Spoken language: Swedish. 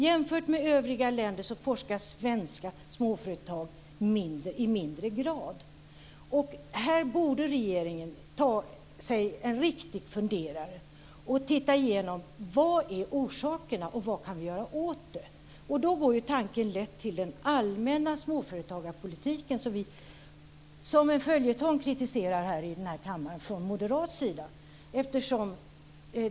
Jämfört med övriga länder forskar svenska småföretag i mindre grad. Här borde regeringen ta sig en riktig funderare och titta igenom: Vad är orsaken, och vad kan vi göra åt det? Då går tanken lätt till den allmänna småföretagarpolitik som vi från moderat sida som en följetong kritiserar i denna kammare.